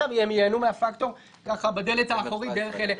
והם ייהנו מהפקטור בדלת האחורית דרך אלה.